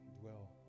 dwell